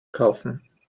kaufen